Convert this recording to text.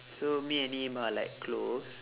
so me and him are like close